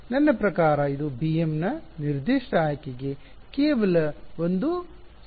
ನನ್ನ ಪ್ರಕಾರ ಇದು bm ನ ನಿರ್ದಿಷ್ಟ ಆಯ್ಕೆಗೆ ಕೇವಲ ಒಂದು ಸಮೀಕರಣವಾಗಿದೆ